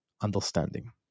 understanding